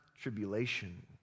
Tribulation